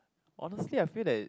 honestly I feel they